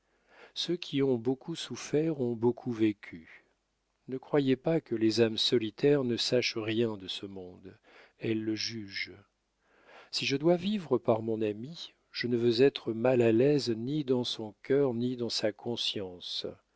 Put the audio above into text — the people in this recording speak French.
ceux qui ont beaucoup souffert ont beaucoup vécu ne croyez pas que les âmes solitaires ne sachent rien de ce monde elles le jugent si je dois vivre par mon ami je ne veux être mal à l'aise ni dans son cœur ni dans sa conscience